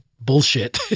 bullshit